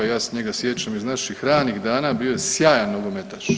Ja se njega sjećam iz naših ranih dana, bio je sjajan nogometaš.